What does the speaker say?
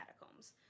catacombs